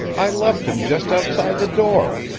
i left him just outside the door,